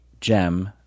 gem